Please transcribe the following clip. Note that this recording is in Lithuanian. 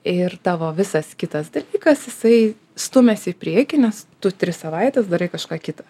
ir tavo visas kitas dalykas jisai stumiasi į priekį nes tu tris savaites darai kažką kito